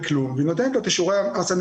אם הוא סיים את המשפט שלו, אני סיימתי.